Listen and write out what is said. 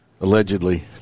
allegedly